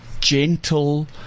gentle